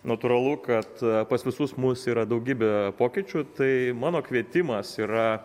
natūralu kad pas visus mus yra daugybė pokyčių tai mano kvietimas yra